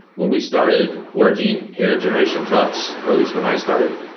when we started working here at generation tux, or at least when i started,